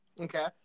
Okay